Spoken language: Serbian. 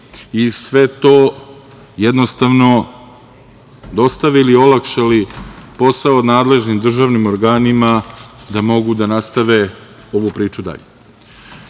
Sve to jednostavno dostavili i olakšali posao nadležnim državnim organima da mogu da nastave ovu priču dalje. Ono